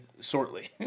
shortly